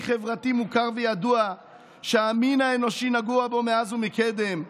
חברתי מוכר וידוע שהמין האנושי נגוע בו מאז ומקדם.